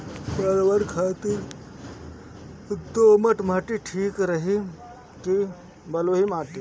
परवल खातिर दोमट माटी ठीक रही कि बलुआ माटी?